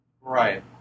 Right